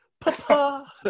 papa